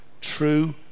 true